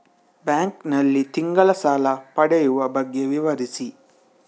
Bank ನಲ್ಲಿ ತಿಂಗಳ ಸಾಲ ಪಡೆಯುವ ಬಗ್ಗೆ ವಿವರಿಸಿ?